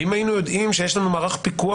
ואם היינו יודעים שיש לנו מערך פיקוח